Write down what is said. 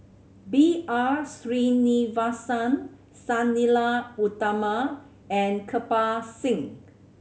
B R Sreenivasan Sang Nila Utama and Kirpal Singh